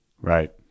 Right